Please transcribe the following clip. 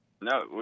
No